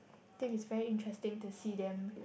think is very interesting to see them